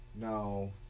no